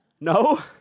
No